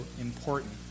important